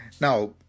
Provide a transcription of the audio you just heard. Now